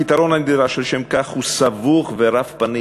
הפתרון הנדרש לשם כך הוא סבוך ורב-פנים.